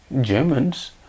Germans